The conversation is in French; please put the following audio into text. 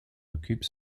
occupent